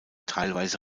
teilweise